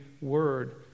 word